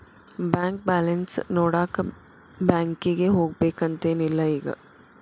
bank balance ನೋಡಾಕ ಬ್ಯಾಂಕಿಗೆ ಹೋಗ್ಬೇಕಂತೆನ್ ಇಲ್ಲ ಈಗ